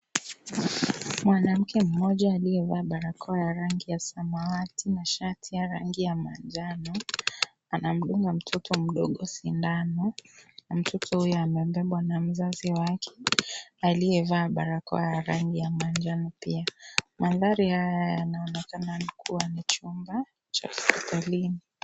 Mwanamke mmoja aliyevaa barakoa ya rangi ya samawati na shati ya rangi ya manjano anamdunga mtoto mdogo sindano na mtoto huyu amebebwa na mzazi wake aliyevaa barakoa ya rangi ya manjano pia . Mandhari haya yanaonekana ni kuwa ni chumba cha hospitalini .